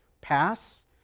pass